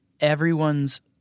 everyone's